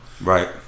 right